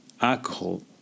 alcohol